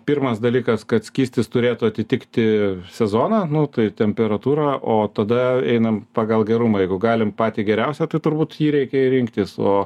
pirmas dalykas kad skystis turėtų atitikti sezoną nu tai temperatūrą o tada einam pagal gerumą jeigu galim patį geriausią tai turbūt jį reikia ir rinktis o